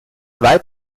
weit